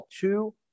two